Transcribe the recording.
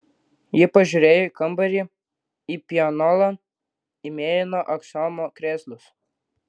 ji pažiūrėjo į kambarį į pianolą į mėlyno aksomo krėslus